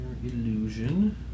Illusion